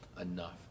enough